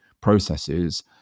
processes